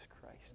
Christ